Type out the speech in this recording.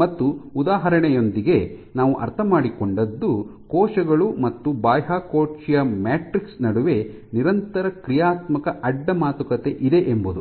ಮತ್ತು ಉದಾಹರಣೆಗಳೊಂದಿಗೆ ನಾವು ಅರ್ಥಮಾಡಿಕೊಂಡದ್ದು ಕೋಶಗಳು ಮತ್ತು ಬಾಹ್ಯಕೋಶೀಯ ಮ್ಯಾಟ್ರಿಕ್ಸ್ ನಡುವೆ ನಿರಂತರ ಕ್ರಿಯಾತ್ಮಕ ಅಡ್ಡ ಮಾತುಕತೆ ಇದೆ ಎಂಬುದು